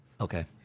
Okay